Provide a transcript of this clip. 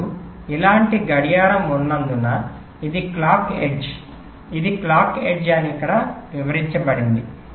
నాకు ఇలాంటి గడియారం ఉన్నందున ఇది క్లాక్ ఎడ్జ్ ఇది క్లాక్ ఎడ్జ్ అని ఇక్కడ వివరించబడింది